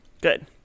Good